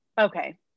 Okay